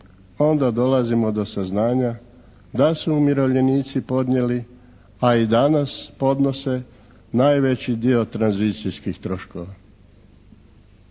onda dolazimo do saznanja da su umirovljenici podnijeli, a i danas podnose najveći dio tranzicijskih troškova.